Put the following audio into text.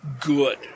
good